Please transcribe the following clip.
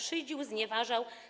Szydził, znieważał.